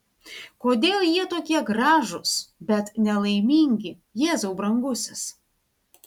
kodėl jie tokie gražūs bet nelaimingi jėzau brangusis